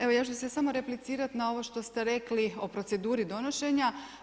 Evo ja ću se samo replicirati na ovo što ste rekli o proceduri donošenja.